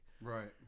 Right